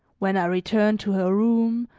when i returned to her room,